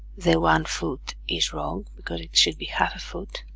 the one foot is wrong because it should be half a foot